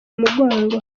umugongo